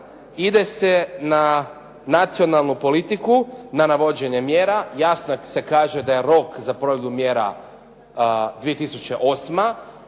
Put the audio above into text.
ide se na nacionalnu politiku, na navođenje mjera, jasno se kaže da je rok za provedbu mjera 2008.,